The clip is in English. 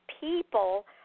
people